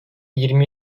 yirmi